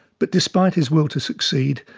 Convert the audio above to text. but, despite his will to succeed,